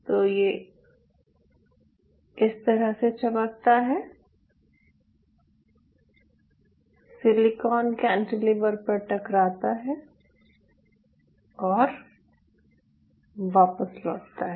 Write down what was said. तो ये इस तरह से चमकता है सिलिकॉन कैंटिलीवर पर टकराता है और वापस लौटता है